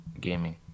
gaming